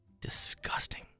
Disgusting